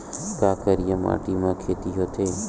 का करिया माटी म खेती होथे?